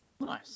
nice